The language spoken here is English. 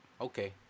Okay